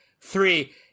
three